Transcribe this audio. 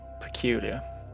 peculiar